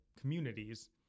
communities